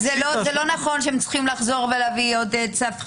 זה לא נכון שהם צריכים לחזור ולהביא עוד צו חיפוש.